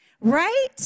right